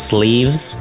Sleeves